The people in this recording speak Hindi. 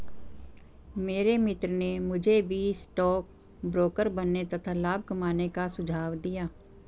मेरे मित्र ने मुझे भी स्टॉक ब्रोकर बनने तथा लाभ कमाने का सुझाव दिया